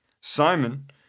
Simon